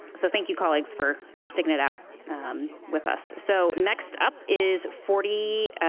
so, thank you, colleagues, for for sticking it out with us. so, next up is forty